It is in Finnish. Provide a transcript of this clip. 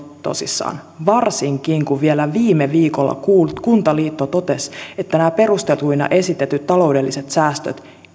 tosissaan varsinkin kun vielä viime viikolla kuntaliitto totesi että nämä perusteltuina esitetyt taloudelliset säästöt